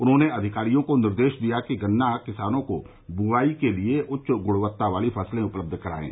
उन्होंने अधिकारियों को निर्देश दिया कि गन्ना किसानों को बुआई के लिए उच्च गुणवत्ता वाली फसलें उपलब्ध करायें